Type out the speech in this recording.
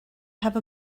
have